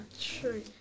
true